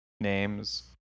names